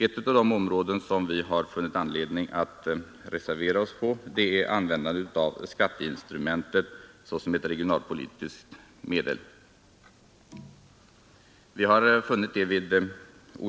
En av de frågor där vi reserverat oss är användningen av skatteinstrumentet som ett regionalpolitiskt medel.